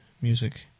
music